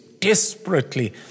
desperately